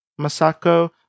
Masako